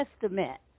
Testament